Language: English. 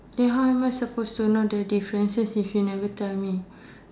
then how am I supposed to know the differences if you never tell me